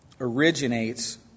originates